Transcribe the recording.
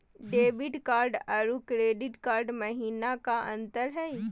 Credit card अरू debit card महिना का अंतर हई?